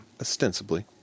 Ostensibly